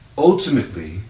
Ultimately